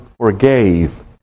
forgave